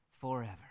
forever